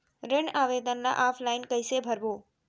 ऋण आवेदन ल ऑफलाइन कइसे भरबो?